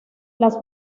las